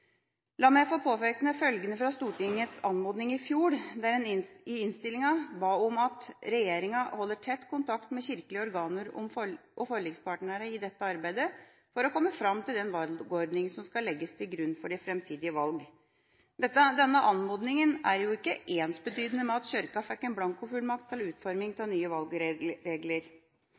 La meg få påpeke følgende: I Stortingets anmodning i fjor ba en i innstillinga om at «regjeringen holder tett kontakt med kirkelige organer og forlikspartnerne i dette arbeidet for å komme frem til den valgordning som skal legges til grunn for de fremtidige valg». Denne anmodninga er ikke ensbetydende med at Kirken skal gis en blankofullmakt i utforminga av nye